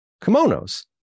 kimonos